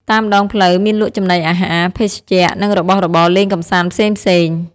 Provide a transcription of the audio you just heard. តាមដងផ្លូវមានលក់ចំណីអាហារ ភេសជ្ជៈ និងរបស់របរលេងកម្សាន្តផ្សេងៗ។